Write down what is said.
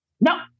No